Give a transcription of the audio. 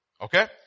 okay